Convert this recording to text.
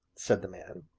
said the man.